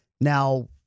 Now